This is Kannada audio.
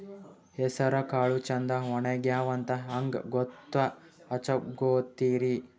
ಹೆಸರಕಾಳು ಛಂದ ಒಣಗ್ಯಾವಂತ ಹಂಗ ಗೂತ್ತ ಹಚಗೊತಿರಿ?